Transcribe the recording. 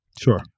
Sure